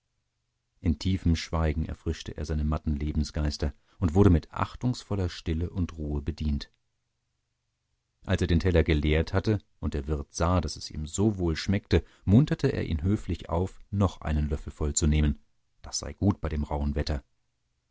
in tiefem schweigen erfrischte er seine matten lebensgeister und wurde mit achtungsvoller stille und ruhe bedient als er den teller geleert hatte und der wirt sah daß es ihm so wohl schmeckte munterte er ihn höflich auf noch einen löffel voll zu nehmen das sei gut bei dem rauhen wetter